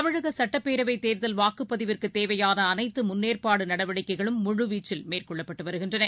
தமிழகசட்டப்பேரவைத் வாக்குப்பதிவுக்குத் தேர்தல் தேவையானஅனைத்தமுன்னேற்பாடுநடவடிக்கைகளும் முழுவீச்சில் மேற்கொள்ளப்பட்டுவருகின்றன